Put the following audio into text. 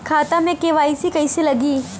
खाता में के.वाइ.सी कइसे लगी?